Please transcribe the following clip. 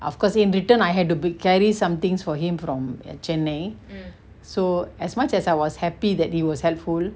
of course in return I had to bring carry some things for him from chennai so as much as I was happy that he was helpful